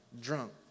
drunk